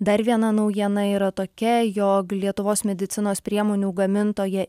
dar viena naujiena yra tokia jog lietuvos medicinos priemonių gamintoja